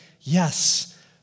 yes